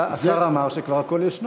השר אמר שכבר הכול ישנו.